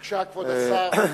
בבקשה, כבוד השר.